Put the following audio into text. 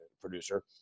producer